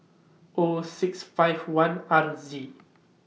O six five one R Z